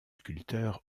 sculpteur